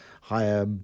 higher